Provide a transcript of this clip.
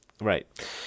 Right